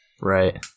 right